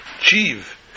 achieve